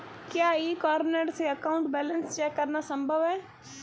क्या E corner से account balance check करना संभव है?